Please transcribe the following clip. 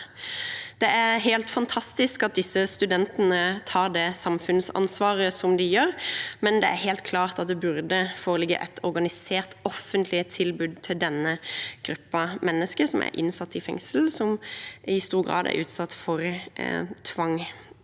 Det er helt fantastisk at disse studentene tar det samfunnsansvaret som de gjør, men det er helt klart at det burde foreligge et organisert offentlig tilbud til denne gruppen mennesker som er innsatt i fengsel, som i stor grad er utsatt for tvang